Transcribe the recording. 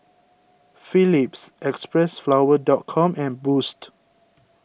Phillips Xpressflower dot com and Boost